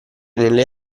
nelle